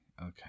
Okay